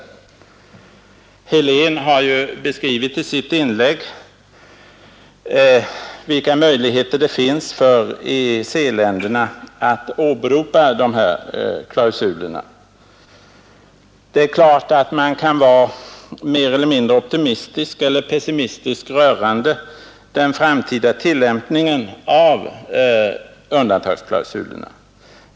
Herr Helén har ju i sitt inlägg beskrivit vilka möjligheter det finns för EEC-länderna att åberopa dessa klausuler. Det är klart att man kan vara mer eller mindre optimistisk eller pessimistisk rörande den framtida tillämpningen av undantagsklausulerna.